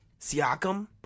Siakam